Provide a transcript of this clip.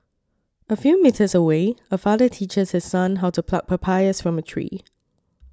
a few metres away a father teaches his son how to pluck papayas from a tree